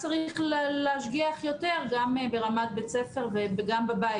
צריך להשגיח יותר גם ברמת בית ספר וגם בבית,